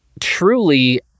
Truly